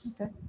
Okay